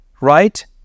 right